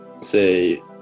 say